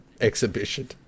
exhibition